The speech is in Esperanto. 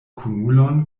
kunulon